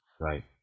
Right